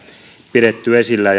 pidetty esillä